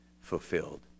fulfilled